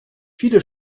viele